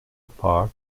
park